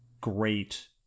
great